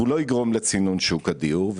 החוק לא יגרום לצינון שוק הדיור,